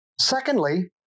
Secondly